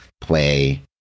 play